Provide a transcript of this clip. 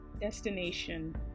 Destination